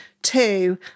two